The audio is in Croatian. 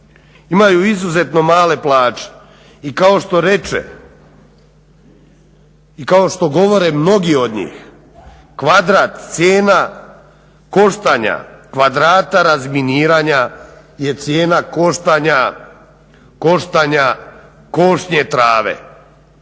Imaju izuzetno male plaće i kao što reče i kao što govore mnogi od njih, kvadrat cijena koštanja kvadrata razminiranja je cijena koštanja košnje trave.